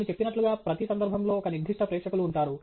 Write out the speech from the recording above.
నేను చెప్పినట్లుగా ప్రతి సందర్భంలో ఒక నిర్దిష్ట ప్రేక్షకులు ఉంటారు